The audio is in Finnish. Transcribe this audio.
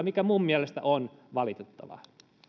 mikä minun mielestäni on valitettavaa